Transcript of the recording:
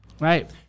Right